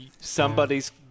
somebody's